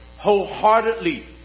wholeheartedly